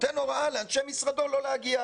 לא להגיע.